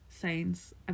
signs